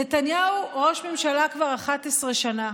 נתניהו ראש ממשלה כבר 11 שנה.